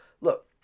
Look